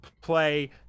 play